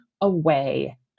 away